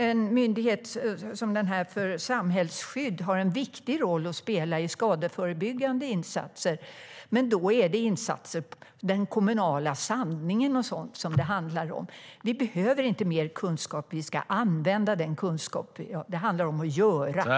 En myndighet som den för samhällsskydd har en viktig roll att spela i skadeförebyggande insatser, men då är det insatser som den kommunala sandningen det handlar om.